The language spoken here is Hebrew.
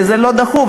וזה לא דחוף,